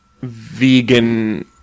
vegan